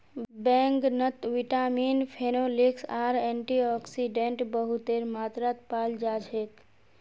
बैंगनत vitamin, phenolics आर antioxidant बहुतेर मात्रात पाल जा छेक